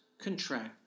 contract